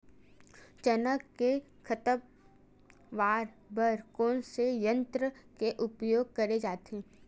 चना के खरपतवार बर कोन से यंत्र के उपयोग करे जाथे?